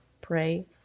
pray